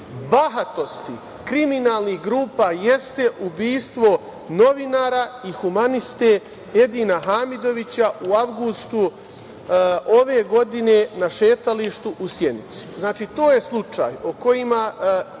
bahatosti kriminalnih grupa jeste ubistvo novinara i humaniste Edina Hamidovića u avgustu ove godine na šetalištu u Sjenici. Znači, to je slučaj o kojem